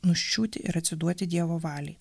nuščiūti ir atsiduoti dievo valiai